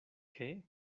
qué